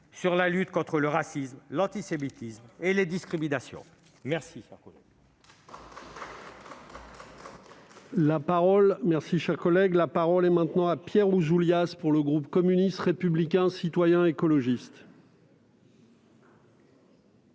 sur la lutte contre le racisme, l'antisémitisme et les discriminations. On